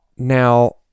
Now